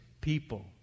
people